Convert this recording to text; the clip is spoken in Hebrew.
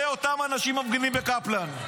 לאותם מפגינים בקפלן.